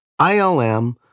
ILM